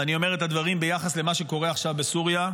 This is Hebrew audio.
ואני אומר את הדברים ביחס למה שקורה עכשיו בסוריה.